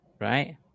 Right